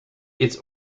its